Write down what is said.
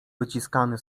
wyciskany